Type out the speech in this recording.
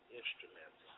instruments